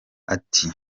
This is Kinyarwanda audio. ati